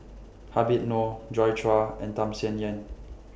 Habib Noh Joi Chua and Tham Sien Yen